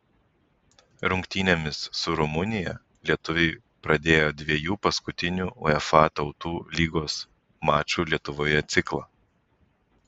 rungtynėmis su rumunija lietuviai pradėjo dviejų paskutinių uefa tautų lygos mačų lietuvoje ciklą